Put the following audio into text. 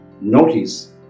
notice